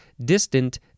distant